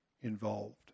involved